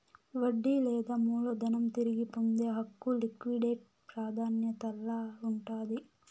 వడ్డీ లేదా మూలధనం తిరిగి పొందే హక్కు లిక్విడేట్ ప్రాదాన్యతల్ల ఉండాది